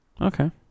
okay